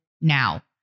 now